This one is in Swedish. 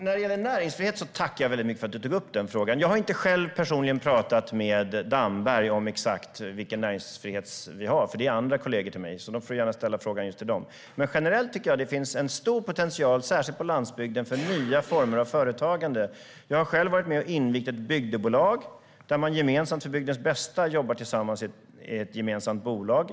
Herr talman! Jag tackar för att du tog upp frågan om näringsfrihet, Åsa Coenraads. Jag har inte personligen pratat med Damberg om exakt detta, för det är kollegor till mig som har hand om den frågan. Du får fråga dem. Generellt tycker jag att det finns en stor potential, särskilt på landsbygden, för nya former av företagande. Jag har varit med och invigt ett bygdebolag. Där jobbar man tillsammans för bygdens bästa i ett gemensamt bolag.